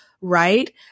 right